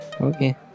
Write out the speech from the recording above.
okay